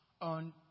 on